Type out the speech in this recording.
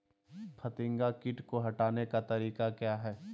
फतिंगा किट को हटाने का तरीका क्या है?